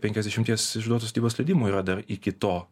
penkiasdešimties išduotos statybos leidimų yra dar iki to